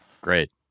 Great